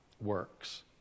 works